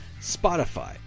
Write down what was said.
Spotify